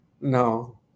No